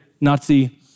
Nazi